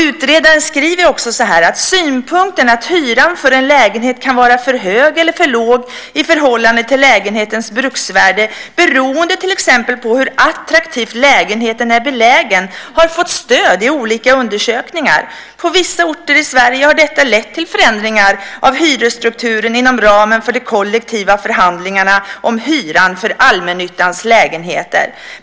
Utredaren skriver också: Synpunkten att hyran för en lägenhet kan vara för hög eller för låg i förhållande till lägenhetens bruksvärde, beroende till exempel på hur attraktivt lägenheten är belägen, har fått stöd i olika undersökningar. På vissa orter i Sverige har detta lett till förändringar av hyresstrukturen inom ramen för de kollektiva förhandlingarna om hyran för allmännyttans lägenheter.